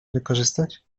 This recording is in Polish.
wykorzystać